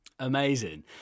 Amazing